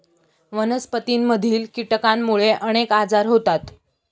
वनस्पतींमधील कीटकांमुळे अनेक आजार होतात